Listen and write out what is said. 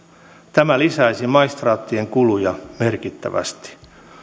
tämä lisäisi maistraattien kuluja merkittävästi